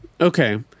Okay